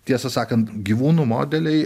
tiesą sakant gyvūnų modeliai